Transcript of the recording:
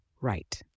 right